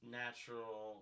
natural